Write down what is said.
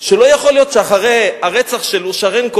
שלא יכול להיות שאחרי הרצח של אושרנקו,